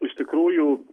iš tikrųjų